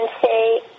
say